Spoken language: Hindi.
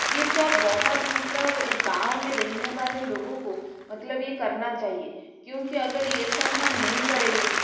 ये सब बहुत मतलब एक गाँव में रहने वाले लोगों को मतलब ये करना चाहिए क्योंकि अगर ये सब हम नहीं करेंगे